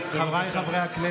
זה דאעש, תתבייש לך.